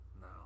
No